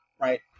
Right